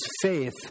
Faith